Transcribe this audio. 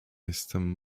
jestem